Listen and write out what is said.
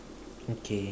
okay